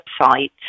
website